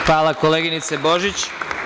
Hvala koleginice Božić.